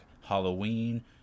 Halloween